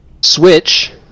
switch